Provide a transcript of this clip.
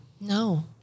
No